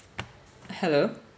hello